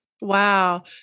Wow